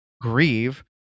grieve